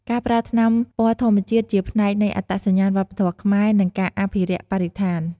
ការប្រើថ្នាំពណ៌ធម្មជាតិជាផ្នែកនៃអត្តសញ្ញាណវប្បធម៌ខ្មែរ និងការអភិរក្សបរិស្ថាន។